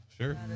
sure